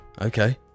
Okay